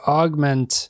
augment